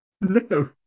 No